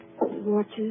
Watches